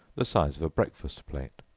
the size of a breakfast plate.